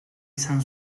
izan